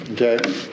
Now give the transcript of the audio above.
okay